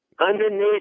Underneath